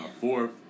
fourth